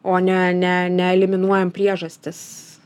o ne ne neeliminuojam priežastis